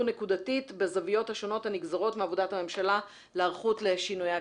נקודתית בזוויות השונות הנגזרות מעבודת הממשלה להיערכות לשינויי האקלים.